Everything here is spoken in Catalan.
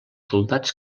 soldats